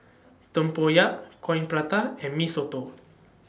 Tempoyak Coin Prata and Mee Soto